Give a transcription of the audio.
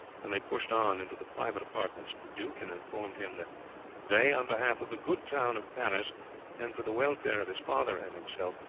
and they pushed on into the private apartments of the duke and informed him that they, on behalf of the good town of paris and for the welfare of his father and himself,